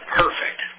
perfect